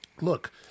Look